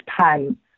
time